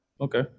okay